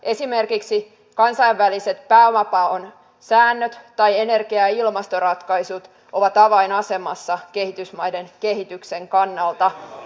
esimerkiksi kansainväliset pääomapaon säännöt tai energia ja ilmastoratkaisut ovat avainasemassa kehitysmaiden kehityksen kannalta